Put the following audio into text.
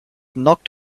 knocked